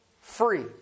free